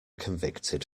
convicted